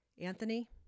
Anthony